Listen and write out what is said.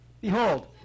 Behold